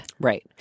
right